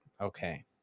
Okay